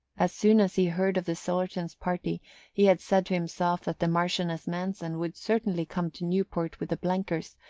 as soon as he heard of the sillerton's party he had said to himself that the marchioness manson would certainly come to newport with the blenkers,